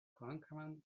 kvankam